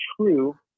true